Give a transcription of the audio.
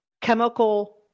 chemical